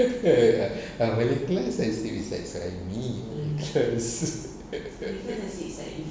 ya ah malay class I serious malay class